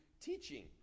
teaching